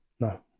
no